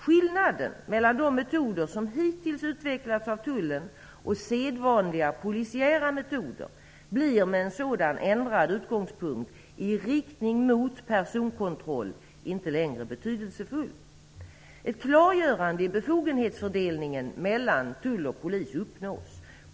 Skillnaden mellan de metoder som hittills utvecklats av tullen och sedvanliga polisiära metoder blir, med en sådan ändrad utgångspunkt i riktning mot personkontroll, inte längre lika betydelsefull. Ett klargörande i befogenhetsfördelningen mellan polis och tull uppnås.